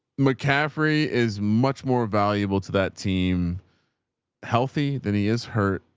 mccaffrey is much more valuable to that team healthy than he is hurt.